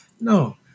No